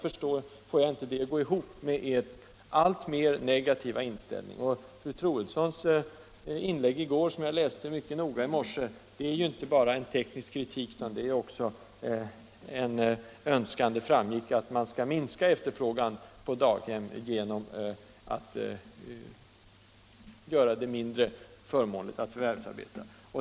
Fru Troedssons inlägg i går, som jag läste mycket noga i morse, innebär ju inte bara en teknisk kritik utan också — det framgick — en önskan att man skall minska efterfrågan på daghem genom att göra det mindre förmånligt att förvärvsarbeta.